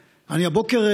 הבוקר,